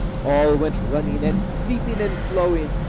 all went running, and creeping, and flowing,